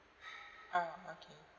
ah okay